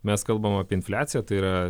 mes kalbam apie infliaciją tai yra